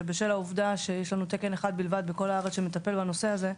שבשל העובדה שיש לנו תקן אחד בלבד בכל הארץ שמטפל בנושא הזה,